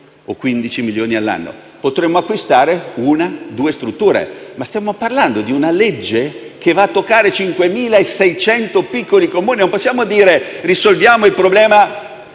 o 15 milioni all'anno. Potremmo acquistare una o due strutture. Ma stiamo parlando di una legge che va a toccare 5.600 piccoli Comuni. Non possiamo dire che risolviamo il problema